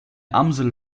amsel